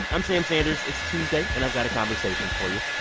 i'm sam sanders. it's tuesday, and i've got a conversation for you.